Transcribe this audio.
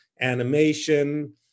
animation